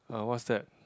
uh what's that